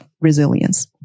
resilience